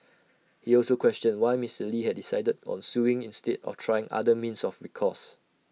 he also questioned why Mister lee had decided on suing instead of trying other means of recourse